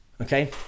okay